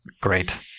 great